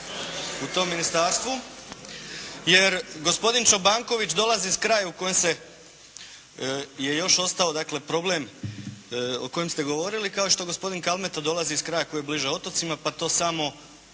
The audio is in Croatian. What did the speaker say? u tom ministarstvu, jer gospodin Čobanković dolazi iz kraja u kojem je još ostao dakle problem o kojem ste govorili, kao što gospodin Kalmeta dolazi iz kraja koji je bliže otocima, pa to samo